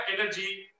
energy